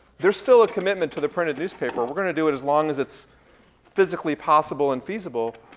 there's still a commitment to the printed newspaper. we're gonna do it as long as it's physically possible and feasible.